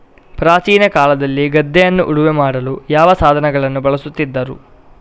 ಪ್ರಾಚೀನ ಕಾಲದಲ್ಲಿ ಗದ್ದೆಯನ್ನು ಉಳುಮೆ ಮಾಡಲು ಯಾವ ಸಾಧನಗಳನ್ನು ಬಳಸುತ್ತಿದ್ದರು?